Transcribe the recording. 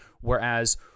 whereas